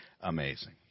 amazing